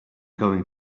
going